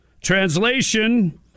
translation